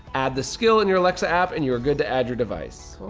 add the skill in your alexa app and you're good to add your device